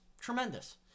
tremendous